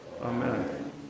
Amen